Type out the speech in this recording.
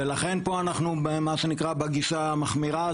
לכן פה אנחנו בגישה המחמירה.